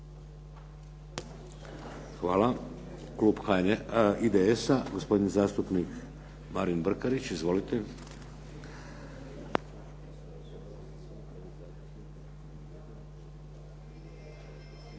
Hvala. Klub IDS-a gospodin zastupnik Marin Brkarić. Izvolite.